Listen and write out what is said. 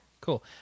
cool